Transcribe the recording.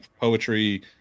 poetry